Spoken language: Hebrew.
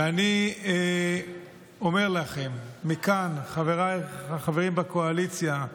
ואני אומר לכם מכאן, חבריי החברים בקואליציה,